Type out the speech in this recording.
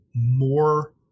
more